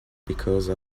because